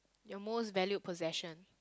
your most valued possession